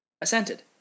assented